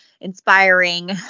inspiring